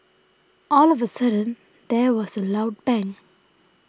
all of a sudden there was a loud bang